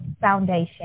foundation